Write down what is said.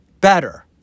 better